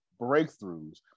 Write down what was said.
breakthroughs